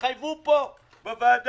התחייבו פה בוועדה,